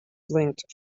linked